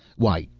why,